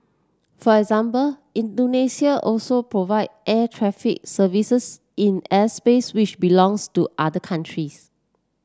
for example Indonesia also provide air traffic services in airspace which belongs to other countries